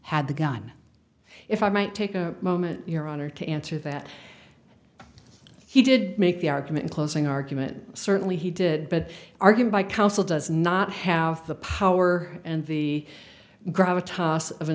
had the gun if i might take a moment your honor to answer that he did make the argument closing argument certainly he did but argued by counsel does not have the power and the